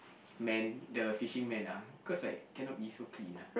man the fishing man ah cause like cannot be so clean ah